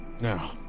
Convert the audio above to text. Now